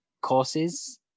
courses